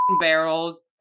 barrels